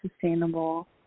sustainable